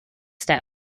step